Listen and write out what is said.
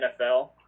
NFL